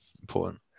important